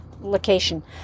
location